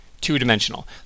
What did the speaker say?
two-dimensional